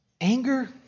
Anger